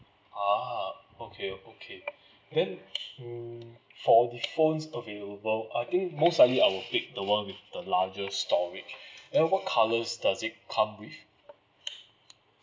ah okay okay then mm for the phone okay will I think most likely I will pick the [one] with the largest storage then what colours does it come with